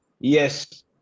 yes